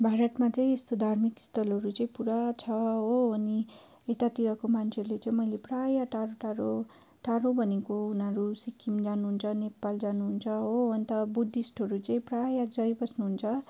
भारतमा चाहिँ यस्तो धार्मिक स्थलहरू चाहिँ पुरा छ हो अनि यतातिरको मान्छेहरूले चाहिँ मैले प्राय टाढो टाढो टाढो भनेको उनीहरू सिक्किम जानुहुन्छ नेपाल जानुहुन्छ हो अन्त बुद्धिस्टहरू चाहिँ प्राय जाई बस्नुहुन्छ